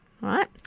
right